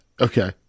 Okay